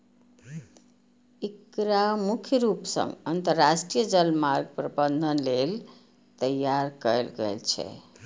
एकरा मुख्य रूप सं अंतरराष्ट्रीय जलमार्ग प्रबंधन लेल तैयार कैल गेल छै